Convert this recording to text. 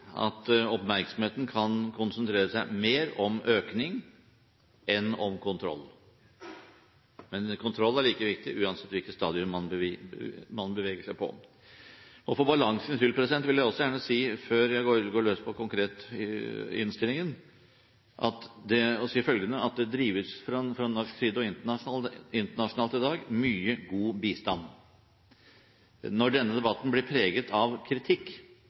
at oppmerksomheten kan konsentrere seg mer om økning enn om kontroll. Men kontroll er like viktig uansett hvilket stadium man beveger seg på. Før jeg går løs på innstillingen, vil jeg for balansens skyld gjerne si